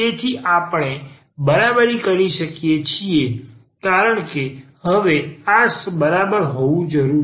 તેથી આપણે બરાબરી કરી શકીએ કારણ કે હવે આ બરાબર હોવું જોઈએ